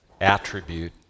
attribute